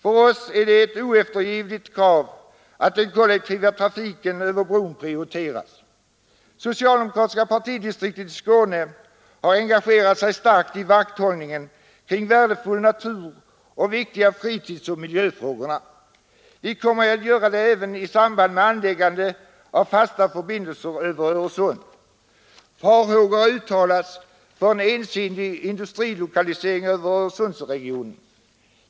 För oss är det ett oeftergivligt krav att den kollektiva trafiken över bron prioriteras. Socialdemokratiska partidistriktet i Skåne har engagerat sig starkt i vakthållningen kring värdefull natur och de viktiga fritidsoch miljöfrågorna. Vi kommer att göra det även i samband med anläggandet av fasta förbindelser över Öresund. Farhågor har uttalats för en ensidig industrilokalisering till Öresundsregionen.